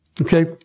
Okay